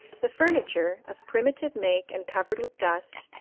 the furniture, of primitive make and covered with dust,